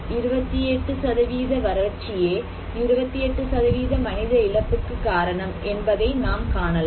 28 வறட்சியே 28 மனித இழப்புக்கு காரணம் என்பதை நாம் காணலாம்